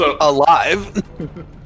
alive